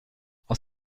aus